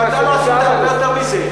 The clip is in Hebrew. גם אתה לא עשית הרבה יותר מזה.